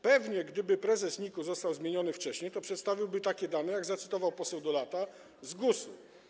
Pewnie gdyby prezes NIK został zmieniony wcześniej, to przedstawiłby takie dane, jakie zacytował poseł Dolata, z GUS.